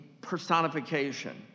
personification